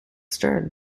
stirred